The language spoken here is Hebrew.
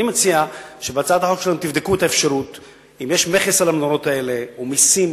אני מציע שתבדקו את האפשרות שאם יש מכס על הנורות האלה או מסים,